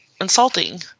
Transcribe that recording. insulting